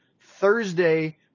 Thursday